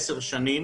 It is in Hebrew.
ל-10 שנים